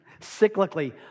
cyclically